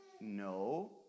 No